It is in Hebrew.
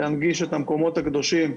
להנגיש את המקומות הקדושים,